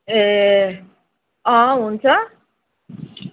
ए अँ हुन्छ